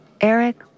Eric